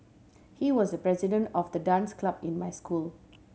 he was the president of the dance club in my school